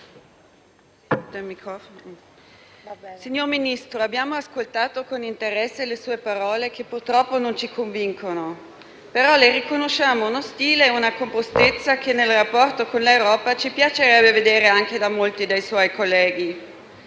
Signor Ministro, abbiamo ascoltato con interesse le sue parole, che purtroppo non ci convincono. Tuttavia, le riconosciamo uno stile e una compostezza che nel rapporto con l'Unione europea ci piacerebbe vedere anche in molti dei suoi colleghi.